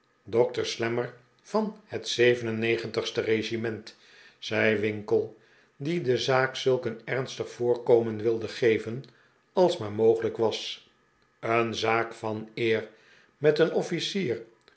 dokter slammer van het zeven en negentigste regiment zei winkle die de zaak zulk een ernstig voorkomen wilde geven als maar mogelijk was een zaak van eer met een officier